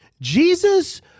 Jesus